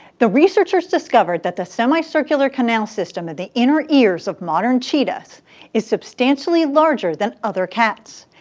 the researchers discovered that the semicircular canal system of the inner ears of modern cheetahs is substantially larger than other cats.